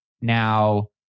Now